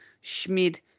Schmid